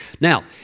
Now